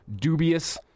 dubious